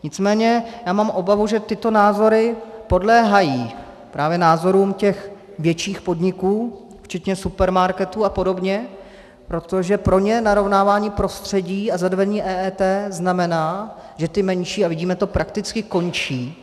Nicméně já mám obavu, že tyto názory podléhají právě názorům větších podniků, včetně supermarketů apod., protože pro ně narovnávání prostředí a zavedení EET znamená, že ty menší prakticky končí.